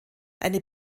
eine